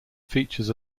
features